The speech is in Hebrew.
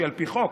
שהיא על פי חוק.